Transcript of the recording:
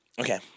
Okay